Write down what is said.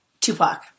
Tupac